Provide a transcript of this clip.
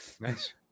nice